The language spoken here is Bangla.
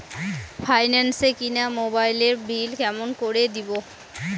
ফাইন্যান্স এ কিনা মোবাইলের বিল কেমন করে দিবো?